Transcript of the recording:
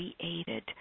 created